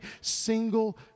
single